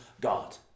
God